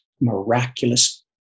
miraculous